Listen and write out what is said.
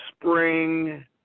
spring